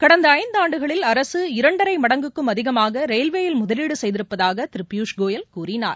கடந்தஐந்தாண்டுகளில் அரசு இரண்டரை மடங்குக்கும் அதிகமாகரயில்வேயில் முதலீடுசெய்திருப்பதாகதிருபியூஷ்கோயல் கூறினார்